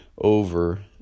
over